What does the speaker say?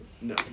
no